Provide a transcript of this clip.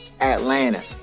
Atlanta